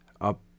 up